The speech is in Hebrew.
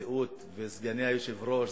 הנשיאות וסגני היושב-ראש?